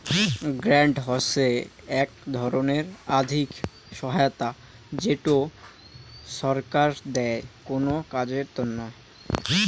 grant হসে এক ধরণের আর্থিক সহায়তা যেটো ছরকার দেয় কোনো কাজের তন্নে